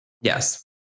Yes